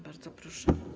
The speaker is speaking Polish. Bardzo proszę.